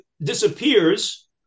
disappears